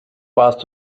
warst